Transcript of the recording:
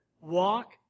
Walk